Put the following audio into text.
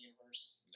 Universe